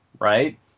right